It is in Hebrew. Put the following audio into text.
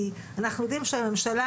אנחנו יודעים שהממשלה